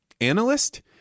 analyst